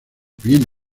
bien